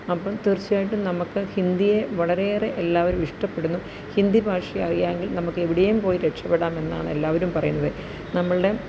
അപ്പോള് തീര്ച്ചയായിട്ടും നമുക്ക് ഹിന്ദിയെ വളരെയേറെ എല്ലാവരും ഇഷ്ടപ്പെടുന്നു ഹിന്ദി ഭാഷ അറിയാമെങ്കില് നമുക്ക് എവിടെയും പോയി രക്ഷപ്പെടാമെന്നാണ് എല്ലാവരും പറയുന്നത് നമ്മളുടെ